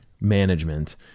management